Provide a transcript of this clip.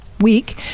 week